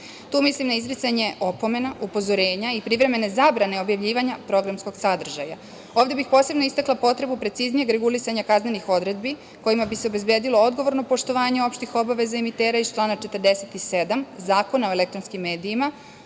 Tu mislim na izricanje opomena, usluga, upozorenja i privremene zabrane objavljivanja programskog sadržaja. Ovde bih posebno istakla potrebu preciznijeg regulisanja kaznenih odredbi kojima bi se obezbedilo odgovorno poštovanje opštih obaveza, emitera iz člana 47. Zakona o elektronskim medijima,